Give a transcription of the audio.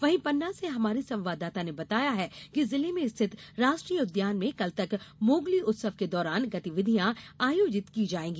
वहीं पन्ना से हमारे संवाददाता ने बताया है कि जिले में स्थित राष्ट्रीय उद्यान में कल तक मोंगली उत्सव के दौरान गतिविधियां आयोजित की जायेंगी